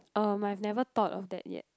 uh I've never thought of that yet